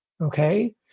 Okay